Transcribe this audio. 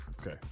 Okay